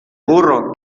burro